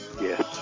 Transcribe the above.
yes